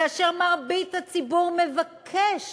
כאשר מרבית הציבור מבקש